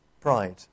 pride